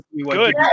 Good